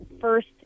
first